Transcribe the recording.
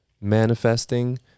manifesting